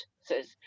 says